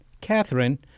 Catherine